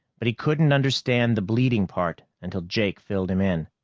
but he couldn't understand the bleeding part until jake filled him in.